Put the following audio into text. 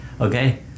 Okay